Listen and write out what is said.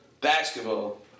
basketball